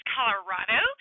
Colorado